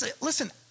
Listen